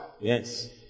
Yes